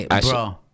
Bro